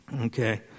Okay